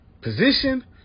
position